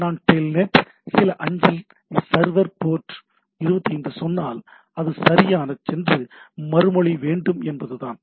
நான் டெல்நெட் சில அஞ்சலைப் சர்வர் போர்ட் 25 சொன்னால் அது சரியான சென்று மறுமொழி வேண்டும் என்பது தான்